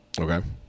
Okay